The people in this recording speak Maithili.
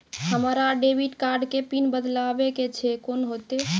हमरा डेबिट कार्ड के पिन बदलबावै के छैं से कौन होतै?